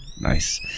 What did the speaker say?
Nice